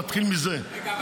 נתחיל מזה --- רגע,